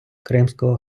кримського